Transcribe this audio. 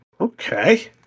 Okay